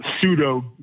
pseudo